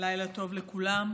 לילה טוב לכולם,